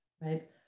right